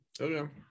Okay